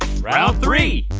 round three!